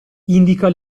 indica